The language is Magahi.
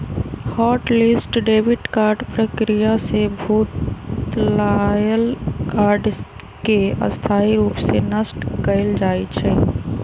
हॉट लिस्ट डेबिट कार्ड प्रक्रिया से भुतलायल कार्ड के स्थाई रूप से नष्ट कएल जाइ छइ